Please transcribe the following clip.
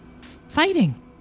fighting